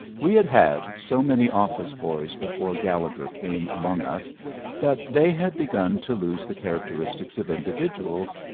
we had had so many office-boys before gallegher came among us that they had begun to lose the characteristics of individuals,